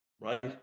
right